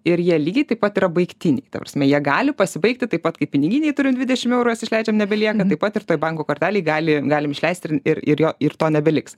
ir jie lygiai taip pat yra baigtiniai ta prasme jie gali pasibaigti taip pat kaip piniginėj turiu dvidešimt eurųjuos išleidžiam nebelieka taip pat ir toj banko kortelėj gali galim išleisti ir ir jo ir to nebeliks